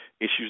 Issues